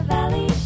Valley